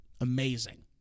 Amazing